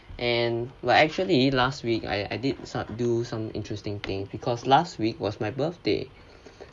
and like actually last week I I did some interesting thing because last week was my birthday